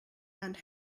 and